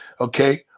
Okay